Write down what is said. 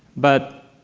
but